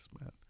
man